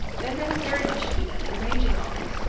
then there was very much to be done in arranging all this.